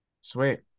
sweet